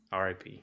RIP